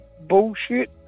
bullshit